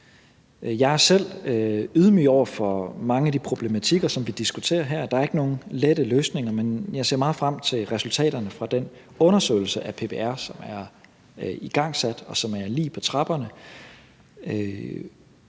Jeg er selv ydmyg over for mange af de problematikker, som vi diskuterer her. Der er ikke nogen lette løsninger, men jeg ser meget frem til resultaterne fra den undersøgelse af PPR, som er igangsat, og som er lige på trapperne,